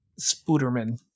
Spooderman